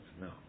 no